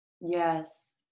Yes